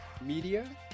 media